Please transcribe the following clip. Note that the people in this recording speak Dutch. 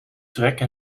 trekke